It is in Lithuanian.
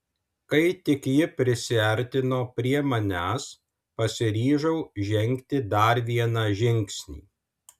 kai tik ji prisiartino prie manęs pasiryžau žengti dar vieną žingsnį